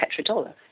petrodollar